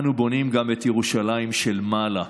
אנו בונים גם את ירושלים של מעלה,